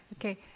okay